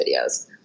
videos